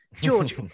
George